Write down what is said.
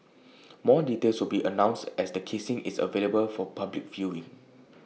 more details will be announced as the casing is available for public viewing